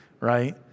right